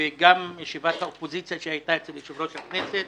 וגם בישיבת האופוזיציה שהייתה אצל יושב-ראש הכנסת